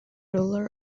ruler